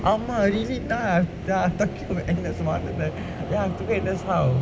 ஆமா:aamaa really tough ya I have to go N_S how